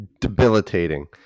debilitating